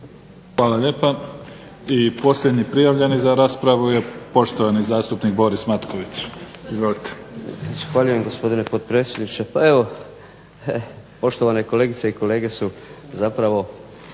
Hvala lijepa. I posljednji prijavljeni za raspravu je poštovani zastupnik Boris Matković. Izvolite. **Matković, Borislav (HDZ)** Zahvaljujem gospodine potpredsjedniče. Pa evo poštovane kolegice i kolege su zapravo